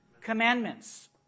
commandments